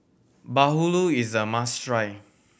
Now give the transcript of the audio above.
Bahulu is a must try